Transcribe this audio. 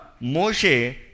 Moshe